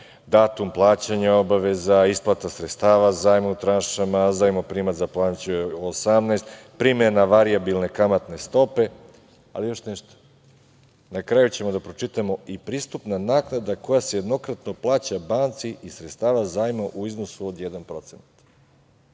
datum plaćanja obaveza, isplata sredstava, zajam u tranšama, zajmoprimac za plaćanje 18, primena varijabilne kamatne stope, ali još nešto, na kraju ćemo da pročitamo i pristupna naknada koja se jednokratno plaća banci, iz sredstava zajma u iznosu od